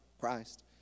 Christ